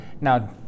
now